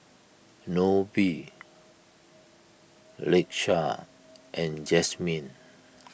Nobie Lakesha and Jazmyn